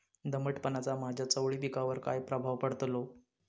दमटपणाचा माझ्या चवळी पिकावर काय प्रभाव पडतलो?